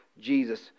Jesus